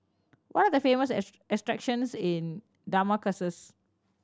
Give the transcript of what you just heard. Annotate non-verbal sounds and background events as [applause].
what are the famous [unintelligible] attractions in Damascus